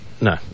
No